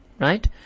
Right